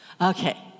Okay